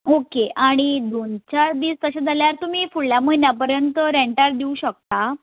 okay आनी दोन चार दीस तशें जाल्यार तुमी फुडल्या म्हयन्या पर्यंत रँटाक दिवं शकता